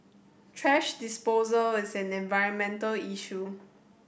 thrash disposal is an environmental issue